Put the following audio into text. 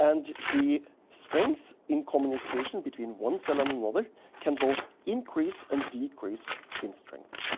and the strength in communication between one cell and another can both increase and decrease in strength.